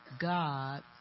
God